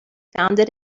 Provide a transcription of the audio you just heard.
founded